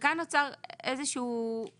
וכאן נוצר איזה שהוא צורך.